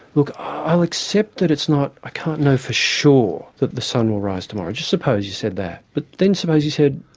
look, i'll accept that it's not i can't know for sure that the sun will rise tomorrow. just suppose you said that. but then suppose you said,